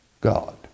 God